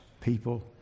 people